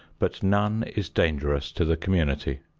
but none is dangerous to the community.